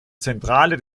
zentrale